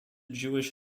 jewish